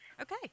Okay